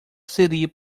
seria